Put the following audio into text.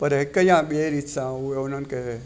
पर हिकु या ॿिए रीत सां उहे उन्हनि खे